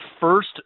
first